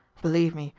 believe me,